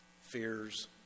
fears